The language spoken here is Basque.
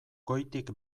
goitik